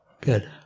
Good